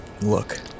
Look